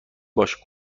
باش